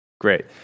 Great